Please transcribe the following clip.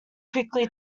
quickly